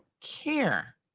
care